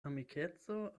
amikeco